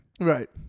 Right